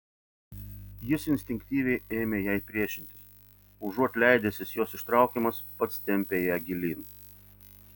jis instinktyviai ėmė jai priešintis užuot leidęsis jos ištraukiamas pats tempė ją gilyn